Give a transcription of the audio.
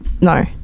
No